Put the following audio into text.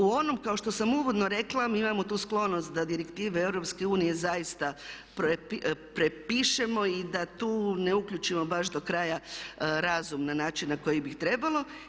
U onom kao što sam uvodno rekla, mi imamo tu sklonost da direktive EU zaista prepišemo i da tu ne uključimo baš do kraja razum na način na koji bi trebalo.